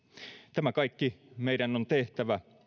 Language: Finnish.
tämä kaikki meidän on tehtävä